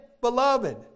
beloved